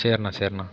செரிணா செரிணா